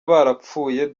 barapfuye